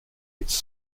its